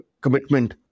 commitment